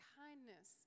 kindness